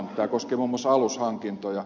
tämä koskee muun muassa alushankintoja